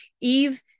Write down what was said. eve